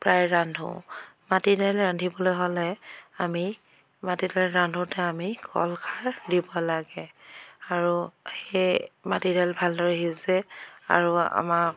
প্ৰায় ৰান্ধো মাটি দাইল ৰান্ধিবলৈ হ'লে আমি মাটি দাইল ৰান্ধোতে আমি কলখাৰ দিব লাগে আৰু সেই মাটি দাইল ভালদৰে সিজে আৰু আমাৰ